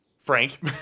Frank